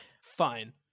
fine